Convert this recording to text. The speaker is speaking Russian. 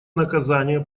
наказание